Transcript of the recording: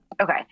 Okay